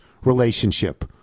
relationship